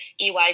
EY